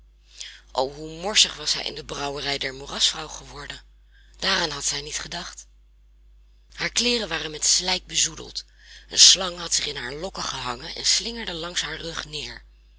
o hoe morsig was zij in de brouwerij der moerasvrouw geworden daaraan had zij niet gedacht haar kleeren waren met slijk bezoedeld een slang had zich in haar lokken gehangen en slingerde langs haar rug neer